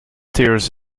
tears